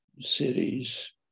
cities